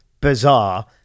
bizarre